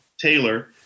Taylor